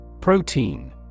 Protein